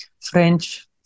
French